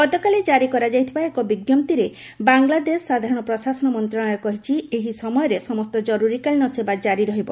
ଗତକାଲି ଜାରି କରାଯାଇଥିବା ଏକ ବିଜ୍ଞପ୍ତିରେ ବାଂଲାଦେଶ ସାଧାରଣ ପ୍ରଶାସନ ମନ୍ତ୍ରଣାଳୟ କହିଛି ଏହି ସମୟରେ ସମସ୍ତ ଜର୍ରରୀକାଳୀନ ସେବା ଜାରି ରହିବ